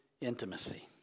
intimacy